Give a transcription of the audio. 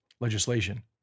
legislation